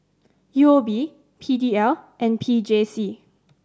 U O B P D L and P J C